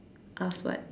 ask what